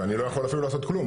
ואני לא יכול אפילו לעשות כלום.